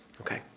Okay